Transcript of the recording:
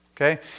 Okay